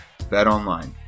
BetOnline